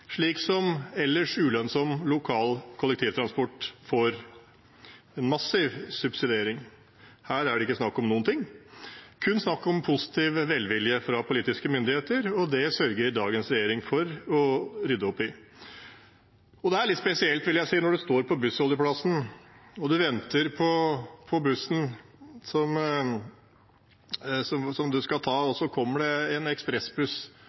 slik som ellers ulønnsom lokal kollektivtransport får – en massiv subsidiering. Her er det ikke snakk om noen ting. Det er kun snakk om positiv velvilje fra politiske myndigheter, og det sørger dagens regjering for å rydde opp i. Det er litt spesielt når du står på bussholdeplassen og venter på bussen, og så kommer det en ekspressbuss som kjører forbi holdeplassen. Du